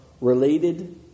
related